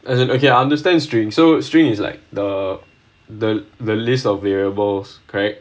as in okay I understand string so string is like the the the list of variables correct